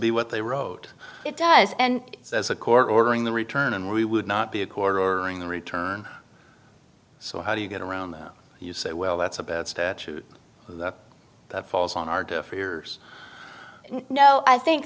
be what they wrote it does and as a court ordering the return and we would not be a corner in the return so how do you get around that you say well that's a bad statute that falls on our deaf ears no i think